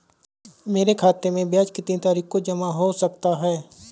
मेरे खाते में ब्याज कितनी तारीख को जमा हो जाता है?